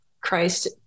Christ